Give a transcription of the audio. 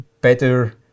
better